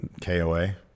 KOA